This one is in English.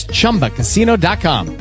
ChumbaCasino.com